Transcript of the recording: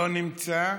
לא נמצא,